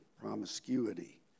promiscuity